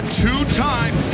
two-time